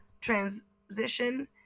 transition